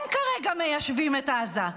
הם כרגע מיישבים את עזה.